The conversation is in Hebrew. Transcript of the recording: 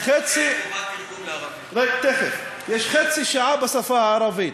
בחוזה החדש תהיה חובת תרגום לערבית.